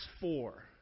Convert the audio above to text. four